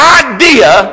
idea